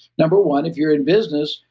number one, if you're in business,